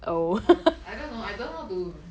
come on I don't know I don't know how to